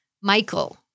Michael